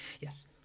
Yes